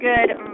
Good